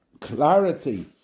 clarity